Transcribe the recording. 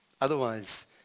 Otherwise